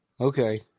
Okay